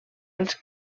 els